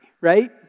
right